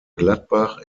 gladbach